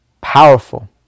powerful